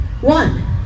One